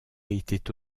était